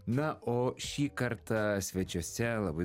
na o šį kartą svečiuose labai